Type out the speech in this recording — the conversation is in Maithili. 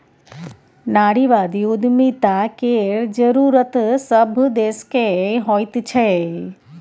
नारीवादी उद्यमिता केर जरूरत सभ देशकेँ होइत छै